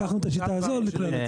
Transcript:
לקחנו את השיטה הזו לכלל הציבור.